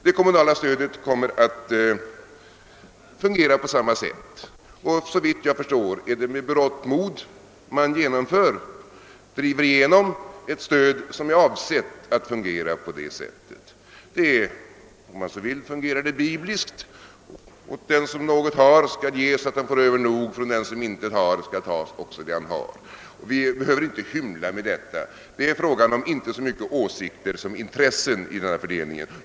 Det kommunala stödet kommer att fungera på samma sätt, och såvitt jag förstår är det med berått mod man driver igenom ett stöd som är avsett att fungera på det viset. Man kan säga att stödet fungerar bibliskt: >Var och en som har, åt honom skall varda givet; men den som icke har, från honom skall tagas också det han har.» Och vi behöver inte hymla med detta. Det är fråga om inte så mycket åsikter som intressen i denna fördelning.